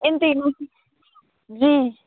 ان تینوں کی جی